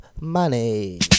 Money